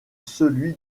celui